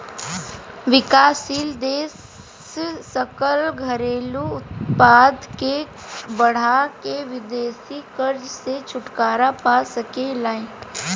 विकासशील देश सकल घरेलू उत्पाद के बढ़ा के विदेशी कर्जा से छुटकारा पा सके ले